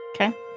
Okay